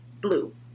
Blue